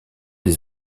des